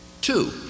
Two